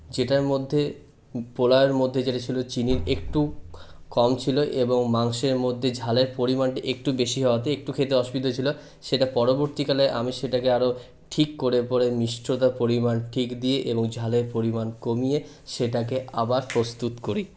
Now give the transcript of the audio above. যেটার মধ্যে পোলাওয়ের মধ্যে যেটা ছিল চিনি একটু কম ছিল এবং মাংসের মধ্যে ঝালের পরিমাণটা একটু বেশি হওয়াতে একটু খেতে অসুবিধে হয়েছিল সেটা পরবর্তীকালে আমি সেটাকে আরও ঠিক করে পরে মিষ্টতার পরিমাণ ঠিক দিয়ে এবং ঝালের পরিমাণ কমিয়ে সেটাকে আবার প্রস্তুত করি